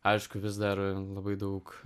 aišku vis dar labai daug